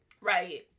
Right